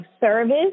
service